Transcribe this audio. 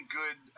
good